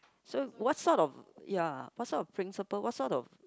so what sort of ya what sort of principle what sort of